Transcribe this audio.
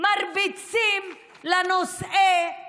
מרביצים לנושאי הארון?